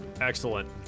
excellent